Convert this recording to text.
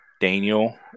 Daniel